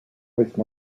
waste